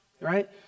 right